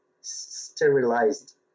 sterilized